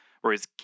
Whereas